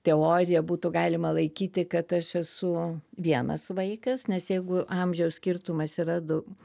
teoriją būtų galima laikyti kad aš esu vienas vaikas nes jeigu amžiaus skirtumas yra dau